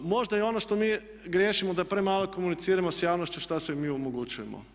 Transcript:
Možda je ono što mi griješimo da premalo komuniciramo sa javnošću šta sve mi omogućujemo.